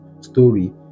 story